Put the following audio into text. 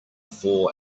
four